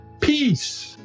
peace